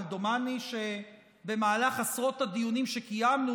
אבל דומני שבמהלך עשרות הדיונים שקיימנו,